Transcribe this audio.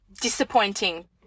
disappointing